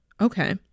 Okay